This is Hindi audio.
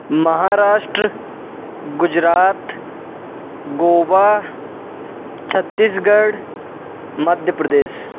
महाराष्ट्र गुजरात गोवा छत्तीसगढ़ मध्य प्रदेश